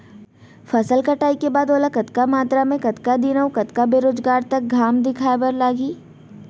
फसल कटाई के बाद ओला कतका मात्रा मे, कतका दिन अऊ कतका बेरोजगार तक घाम दिखाए बर लागही?